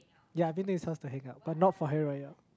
ya I have been to his house to hangout but not for Hari-Raya